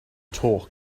torque